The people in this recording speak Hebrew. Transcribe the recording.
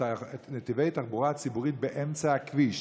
נתיבי תחבורה ציבורית באמצע הכביש.